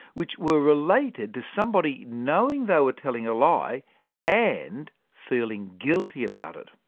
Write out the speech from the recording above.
which were related to somebody knowing they were telling a lie and feeling guilty about it.